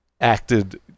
acted